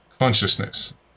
Consciousness